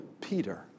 Peter